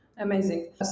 Amazing